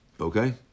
Okay